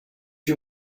you